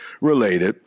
related